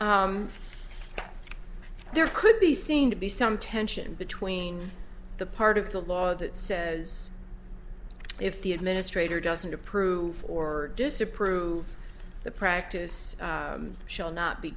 there could be seen to be some tension between the part of the law that says if the administrator doesn't approve or disapprove the practice shall not be